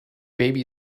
baby